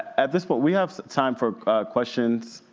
at this point, we have time for questions.